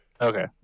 okay